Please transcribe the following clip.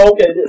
Okay